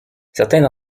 certains